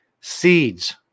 seeds